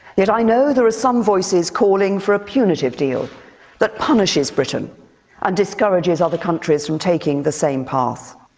yet i know there are some voices calling for a punitive deal that punishes britain and discourages other countries from taking the same path.